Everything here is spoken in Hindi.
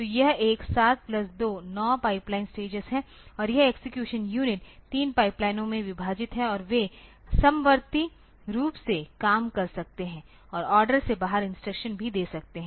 तो यह एक 7 प्लस 2 9 पाइपलाइन स्टेज है और यह एक्सेक्यूशन यूनिट 3 पाइपलाइनों में विभाजित है और वे समवर्ती रूप से काम कर सकते हैं और आर्डर से बाहर इंस्ट्रक्शन भी दे सकते हैं